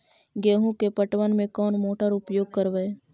गेंहू के पटवन में कौन मोटर उपयोग करवय?